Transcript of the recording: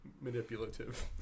manipulative